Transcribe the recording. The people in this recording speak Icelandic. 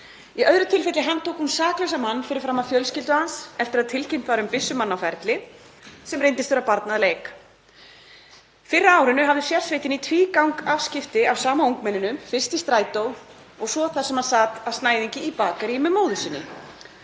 Í öðru tilfelli handtók hún saklausan mann fyrir framan fjölskyldu hans eftir að tilkynnt var um byssumann á ferli, sem reyndist vera barn að leik. Fyrr á árinu hafði sérsveitin í tvígang afskipti af sama ungmenninu, fyrst í strætó og svo þar sem hann sat að snæðingi í bakaríi með móður sinni,